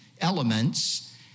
elements